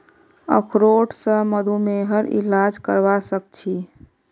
अखरोट स मधुमेहर इलाज करवा सख छी